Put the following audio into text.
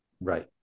Right